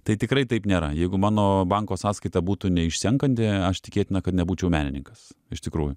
tai tikrai taip nėra jeigu mano banko sąskaita būtų neišsenkanti aš tikėtina kad nebūčiau menininkas iš tikrųjų